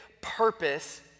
purpose